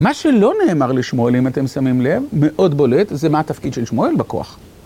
מה שלא נאמר לשמואל אם אתם שמים לב, מאוד בולט, זה מה התפקיד של שמואל בכוח.